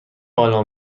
بالا